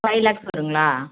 five lakhs வரும்ங்களா